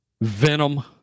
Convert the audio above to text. venom